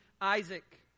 Isaac